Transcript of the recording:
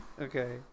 Okay